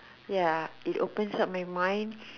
ya it opens up my mind